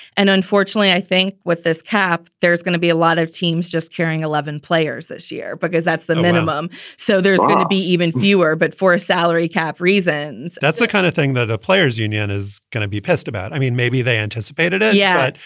and unfortunately, i think with this cap, there's there's going to be a lot of teams just carrying eleven players this year because that's the minimum so there's going to be even fewer but for a salary cap reasons, that's the kind of thing that a players union is gonna be pissed about. i mean, maybe they anticipated it yet.